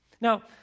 Now